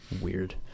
weird